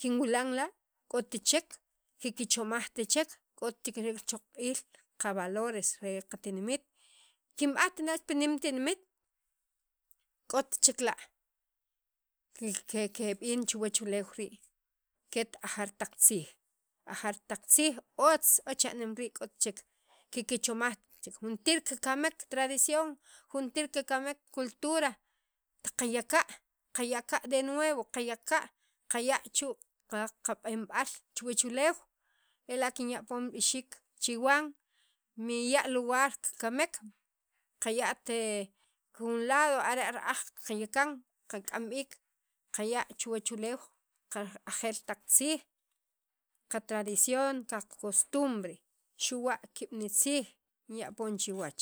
kinwilan la' k'ot chek kikchomajt chek kichoq'b'iil qa valores re qatinimit kinb'ant nem tinimet k'ot chek la' ke keb'in chuwach uleew rii' ket ajeer taq tziij ajaar taq tziij ot o ch'aneem rii' k'ot chek kikichomajt chek juntir kikamek tradicion juntir kikamek cultura qaya' ka de nuevo qaya' ka' qaya' chu' qab'inb'al chuwach uleew ela' kinya' poon b'ixiik chi wan miya' lugar kikamek kaya't jun lado ara' ra'aj qayakaan kak'am b'iik qaya' chuwach uleew ajeer taq tziij qa tradición qa costumbre xu' wakiib' nitziij kinya' poon chiwach.